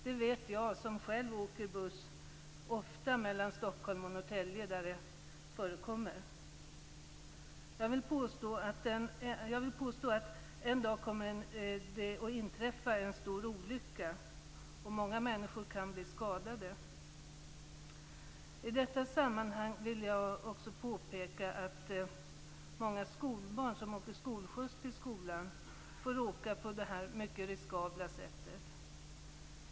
Det vet jag som själv ofta åker buss mellan Stockholm och Norrtälje, där detta förekommer. Jag vill påstå att det en dag kommer att inträffa en stor olycka, och många människor kan bli skadade. I detta sammanhang vill jag också påpeka att många skolbarn som åker skolskjuts till skolan får åka på det här mycket riskabla sättet.